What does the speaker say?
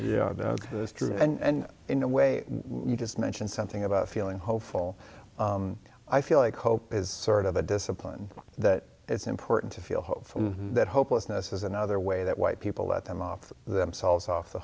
day is true and in a way you just mentioned something about feeling hopeful i feel like hope is sort of a discipline that it's important to feel hopeful that hopelessness is another way that white people let them off themselves off the